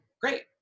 great